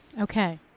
Okay